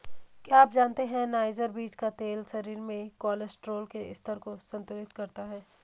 क्या आप जानते है नाइजर बीज का तेल शरीर में कोलेस्ट्रॉल के स्तर को संतुलित करता है?